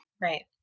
Right